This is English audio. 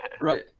Right